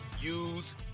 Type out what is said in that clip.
use